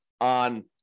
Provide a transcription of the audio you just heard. on